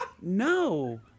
no